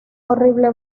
horrible